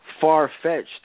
far-fetched